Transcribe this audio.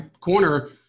Corner